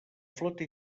flota